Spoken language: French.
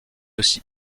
aussi